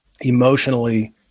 emotionally